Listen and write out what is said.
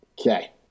Okay